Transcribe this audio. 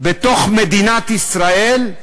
בתוך מדינת ישראל,